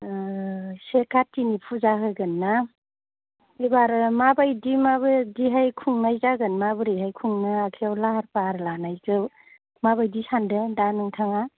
अ से काथिनि फुजा होगोनना एबारै माबायदि माबायदिहाय खुंनाय जागोन माबोरैहाय खुंनो आखायाव लाहार फाहार लानायजों माबायदि सान्दों दा नोंथाङा